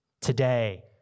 Today